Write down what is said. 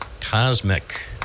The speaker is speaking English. Cosmic